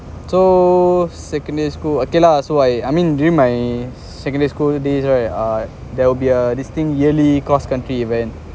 so secondary school okay lah so I I mean during my secondary school days right ah there will be a this thing yearly cross country event